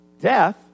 death